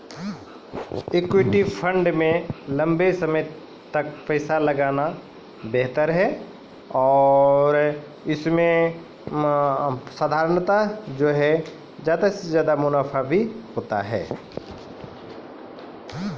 equity fund मे लंबा समय लेली पैसा लगौनाय बेहतर हुवै छै